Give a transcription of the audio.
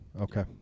Okay